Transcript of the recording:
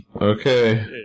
Okay